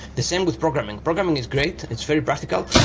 the same with programming. programming is great. it's very practical,